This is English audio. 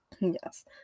yes